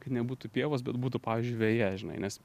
kad nebūtų pievos bet būtų pavyzdžiui veja žinai nes